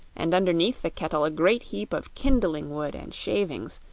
and underneath the kettle a great heap of kindling wood and shavings,